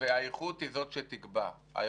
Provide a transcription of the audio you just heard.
זה